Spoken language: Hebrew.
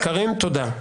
קארין, תודה.